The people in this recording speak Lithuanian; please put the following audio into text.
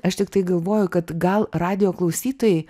aš tiktai galvoju kad gal radijo klausytojai